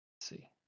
see